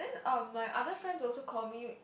then um my other friends also call me